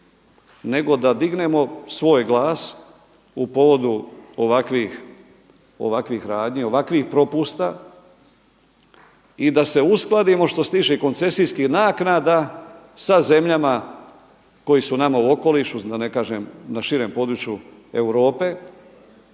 nego da dignemo svoj glas u povodi ovakvih radnji, ovakvih propusta i da se uskladimo što se tiče koncesijskih naknada sa zemljama koje su nama u okolišu, da ne kažem na širem području Europe